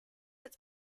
its